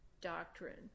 doctrine